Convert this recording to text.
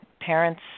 parents